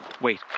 Wait